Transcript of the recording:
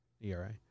ERA